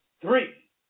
Three